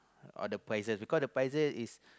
all the prices because the prices is